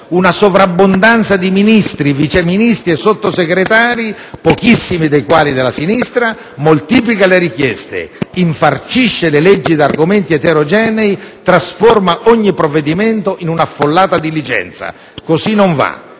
una sovrabbondanza di Ministri, Vice ministri e Sottosegretari (pochissimi dei quali della sinistra) che moltiplica le richieste, infarcisce le leggi di argomenti eterogenei, trasforma ogni provvedimento in un'affollata diligenza. Così non va.